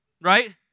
Right